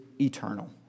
eternal